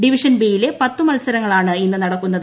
division B യിലെ പത്തു മത്സരങ്ങളാണ് ഇന്ന് നടക്കുന്നത്